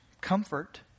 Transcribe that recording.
comfort